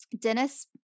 Dennis